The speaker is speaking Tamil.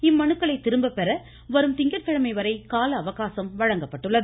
இம்மனுக்களை திரும்பப்பெற வரும் திங்கட் கிழமை வரை கால அவகாசம் வழங்கப்பட்டுள்ளது